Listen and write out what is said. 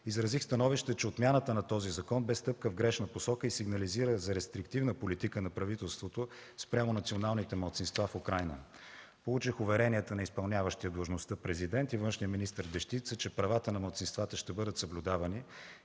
изразих становище, че отмяната на този закон бе стъпка в грешна посока и сигнализира за рестриктивна политика на правителството спрямо националните малцинства в Украйна. Получих уверението на изпълняващия длъжността президент и външния министър Дешчица, че правата на малцинствата ще бъдат съблюдавани,